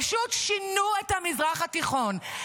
פשוט שינו את המזרח התיכון.